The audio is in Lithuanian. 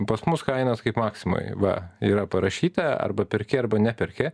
pas mus kainos kaip maksimoj va yra parašyta arba perki arba neperki